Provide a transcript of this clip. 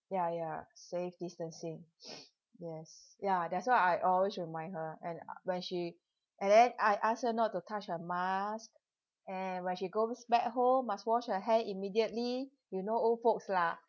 ya ya safe distancing yes ya that's why I always remind her and when she and then I ask her not to touch her mask and when she goes back home must wash her hand immediately you know old folks lah